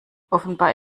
offenbar